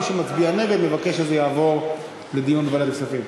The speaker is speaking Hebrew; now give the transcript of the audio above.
ומי שמצביע נגד מבקש שזה יעבור לדיון בוועדת הכספים.